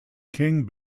king